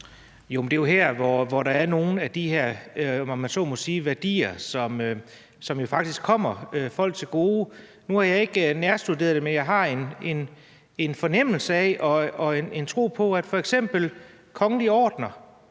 (S): Men det er jo her, hvor der er nogle af de her, om man så må sige, værdier, som faktisk kommer folk til gode. Nu har jeg ikke nærstuderet det, men jeg har en fornemmelse af og en tro på, at nogle sætter